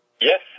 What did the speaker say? Yes